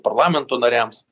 parlamento nariams